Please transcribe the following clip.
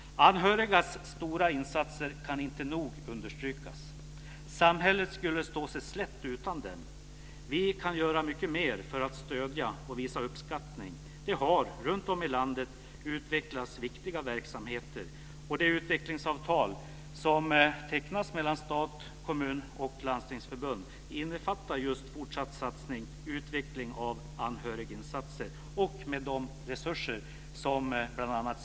Anhörigas stora insatser kan inte nog understrykas. Samhället skulle stå sig slätt utan dem. Vi kan göra mycket mer för att stödja och visa uppskattning. Det har runtom i landet utvecklats viktiga verksamheter. Det utvecklingsavtal som har tecknats mellan stat, kommun och landstingsförbund innefattar just fortsatt satsning och utveckling av anhöriginsatser, med de resurser som bl.a.